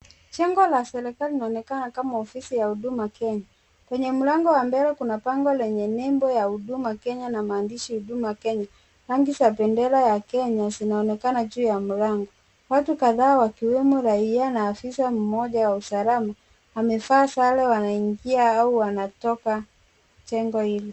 Jengo la serikali linaonekana kama ofisi ya Huduma Kenya. Kwenye mlango wa mbele kuna bango lenye nembo ya Huduma Kenya na maandishi Huduma Kenya .Rangi za bendera ya Kenya zinaonekana juu ya mlango. Watu kadhaa wakiwemo raia na afisa mmoja wa usalama amevaa sare wanaingia au wanatoka jengo hilo.